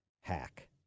Hack